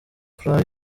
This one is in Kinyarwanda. franc